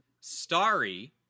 Starry